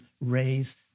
raise